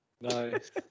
Nice